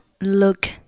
look